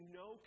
no